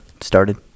started